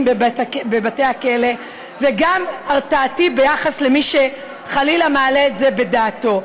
בבתי-הכלא וגם הרתעתי ביחס למי שחלילה מעלה את זה בדעתו.